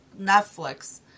Netflix